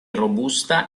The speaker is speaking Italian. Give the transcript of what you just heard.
robusta